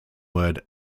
word